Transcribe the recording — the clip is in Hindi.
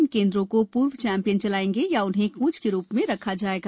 इन केन्द्रों को पूर्व चैम्पियन चलायेंगे या उन्हें कोच के रूप में रखा जायेगा